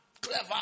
Clever